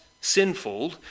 sinful